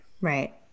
Right